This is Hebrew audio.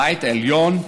הבית העליון,